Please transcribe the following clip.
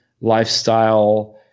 lifestyle